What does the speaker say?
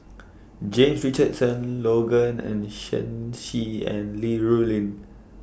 James Richardson Logan and Shen Xi and Li Rulin